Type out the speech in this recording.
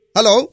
Hello